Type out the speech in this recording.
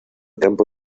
campo